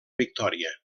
victòria